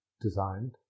Designed